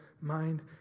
mind